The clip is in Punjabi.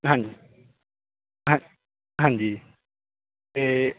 ਹਾਂਜੀ ਹਾਂ ਹਾਂਜੀ ਅਤੇ